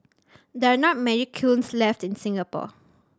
there are not many kilns left in Singapore